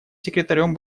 секретарем